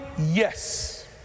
yes